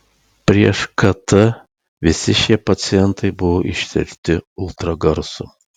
prieš kt visi šie pacientai buvo ištirti ultragarsu